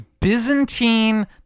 Byzantine